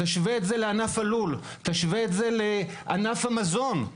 תשווה את זה לענף הלול, תשווה את זה לענף המזון.